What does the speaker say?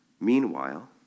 Meanwhile